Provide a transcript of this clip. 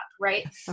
right